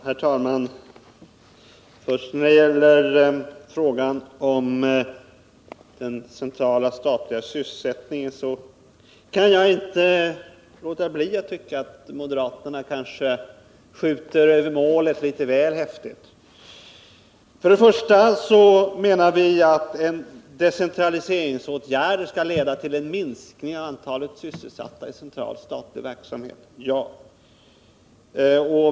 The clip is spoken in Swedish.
Herr talman! När det gäller frågan om den centrala statliga sysselsättningen kan jag inte låta bli att tycka att moderaterna skjuter över målet litet väl häftigt. Först och främst menar vi att en decentraliseringsåtgärd skall leda till en minskning av antalet sysselsatta i central statlig verksamhet.